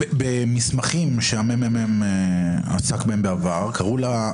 במסמכים שהממ"מ עסק בהם בעבר קראו להם: